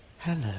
Hello